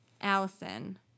Allison